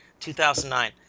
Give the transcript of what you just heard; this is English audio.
2009